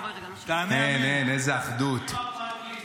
אין, אין, איזו אחדות.